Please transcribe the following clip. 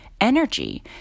energy